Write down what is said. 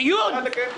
דיון?